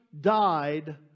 died